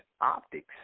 optics